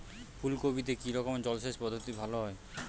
ফুলকপিতে কি রকমের জলসেচ পদ্ধতি ভালো হয়?